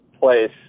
place